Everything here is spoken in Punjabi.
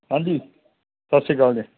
ਹਾਂਜੀ ਸਤਿ ਸ਼੍ਰੀ ਅਕਾਲ ਜੀ